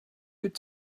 could